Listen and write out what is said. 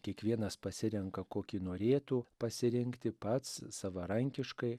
kiekvienas pasirenka kokį norėtų pasirinkti pats savarankiškai